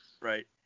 right